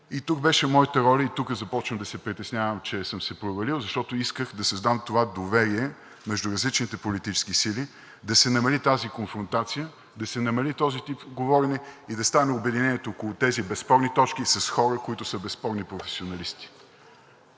и тук беше моята роля, и тук започвам да се притеснявам, че съм се провалил, защото исках да създам това доверие между различните политически сили, да се намали тази конфронтация, да се намали този тип говорене и да стане обединението около тези безспорни точки с хора, които са безспорни професионалисти.